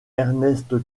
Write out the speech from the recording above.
ernest